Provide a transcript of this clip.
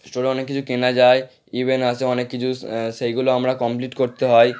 স্টোরে অনেক কিছু কেনা যায় ইভেন্ট আসে অনেক কিছু সেইগুলো আমরা কমপ্লিট করতে হয়